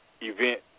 event